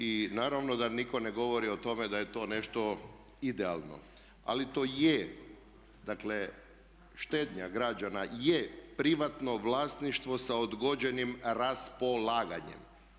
I naravno da nitko ne govori o tome da je to nešto idealno, ali to je, dakle štednja građana je privatno vlasništvo sa odgođenim raspolaganjem.